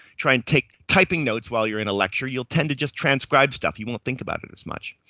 try and take typing notes while you're in a lecture, you'll tend to just transcribe stuff, you won't think about it as much.